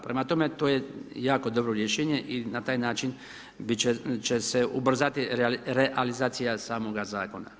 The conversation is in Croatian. Prema tome, to je jako dobro rješenje i na taj način će se ubrzati realizacija samoga zakona.